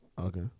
Okay